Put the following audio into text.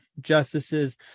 justices